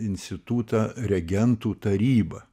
institutą regentų taryba